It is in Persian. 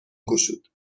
گشود